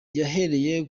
yahereye